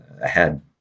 ahead